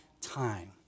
time